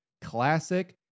classic